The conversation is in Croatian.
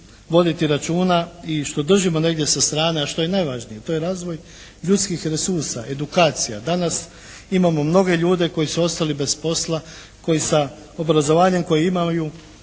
voditi računa i što držimo negdje sa strane, a što je najvažnije to je razvoj ljudskih resursa, edukacija. Danas imamo nove ljude koji su ostali bez posla, koji sa obrazovanjem koje imaju